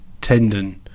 tendon